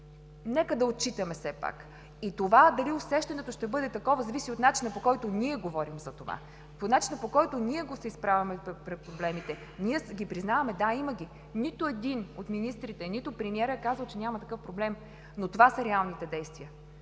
Нека да ги отчитаме все пак. Това дали усещането ще бъде такова, зависи от начина, по който ние говорим за това, от начина, по който се изправяме пред проблемите. Ние си ги признаваме: да, имаме ги. Нито един от министрите, нито премиерът е казал, че няма такъв проблем. Това обаче са реалните действия.